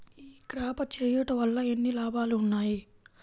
ఈ క్రాప చేయుట వల్ల ఎన్ని లాభాలు ఉన్నాయి?